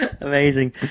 amazing